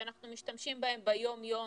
שאנחנו משתמשים ביום יום,